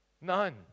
none